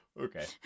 Okay